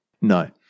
No